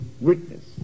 witness